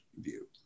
view